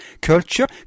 culture